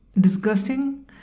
disgusting